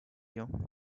you